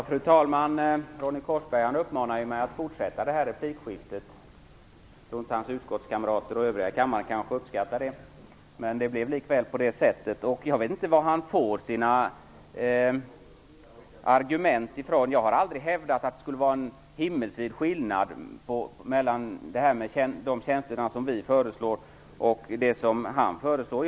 Fru talman! Ronny Korsberg uppmanar mig att fortsätta detta replikskifte. Jag tror inte att hans utskottskamrater och övriga ledamöter i kammaren uppskattar detta, men det blir likväl på det sättet. Jag vet inte varifrån han får sina argument. Jag har aldrig hävdat att det skulle vara en himmelsvid skillnad mellan de tjänster som vi föreslår och de som han föreslår.